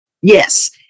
Yes